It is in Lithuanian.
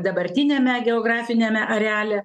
dabartiniame geografiniame areale